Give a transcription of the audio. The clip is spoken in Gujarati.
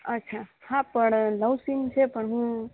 અચ્છા હા પણ નવું સિમ છે પણ હું